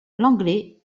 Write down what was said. l’anglais